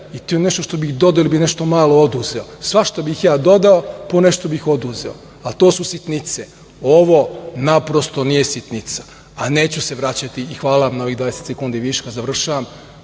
to nije nešto što bih dodao ili bih nešto malo oduzeo. Svašta bih ja dodao, ponešto bih oduzeo, ali to su sitnice. Ovo naprosto nije sitnica, a neću se vraćati, hvala vam na ovih 20 sekundi viška, završavam,